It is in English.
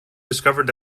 discovered